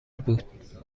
بود